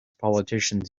politicians